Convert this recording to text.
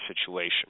situation